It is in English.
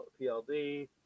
PLD